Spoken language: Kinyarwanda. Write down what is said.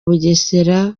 bugesera